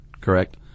correct